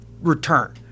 return